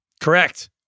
Correct